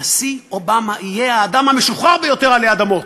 הנשיא אובמה יהיה האדם המשוחרר ביותר עלי אדמות,